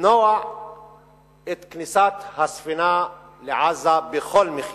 למנוע את כניסת הספינה לעזה בכל מחיר.